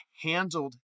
handled